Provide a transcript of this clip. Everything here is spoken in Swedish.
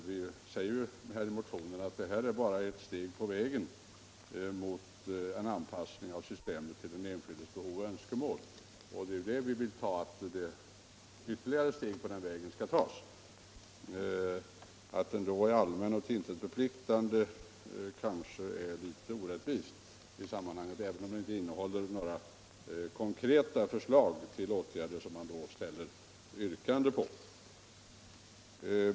Vi säger ju i motionen att detta bara är ett steg på vägen mot en anpassning av systemet till den enskildes behov och önskemål. Att då säga att den är allmän och till intet förpliktande är kanske litet orättvist, även om den inte innehåller sådana konkreta förslag som man kan ställa yrkande på.